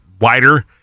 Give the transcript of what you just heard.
wider